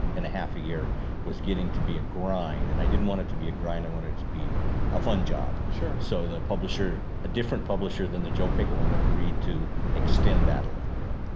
and a half a year was getting to be a grind and i didn't want it to be a grind. i wanted it to be a fun job. so, the publisher, a different publisher than the joe pickett, when they agreed to extend that a little bit.